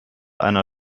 einer